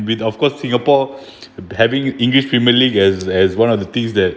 with of course singapore having english premier league as as one of the things that